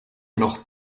noch